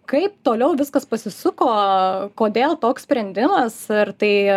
kaip toliau viskas pasisuko kodėl toks sprendimas ar tai